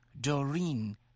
Doreen